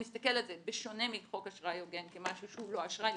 מסתכל על זה בשונה מחוק אשראי הוגן כמשהו שהוא לא אשראי.